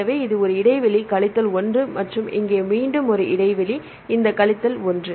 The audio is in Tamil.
எனவே இது ஒரு இடைவெளி கழித்தல் 1 மற்றும் இங்கே மீண்டும் ஒரு இடைவெளி இந்த கழித்தல் 1